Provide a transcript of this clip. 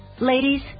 Ladies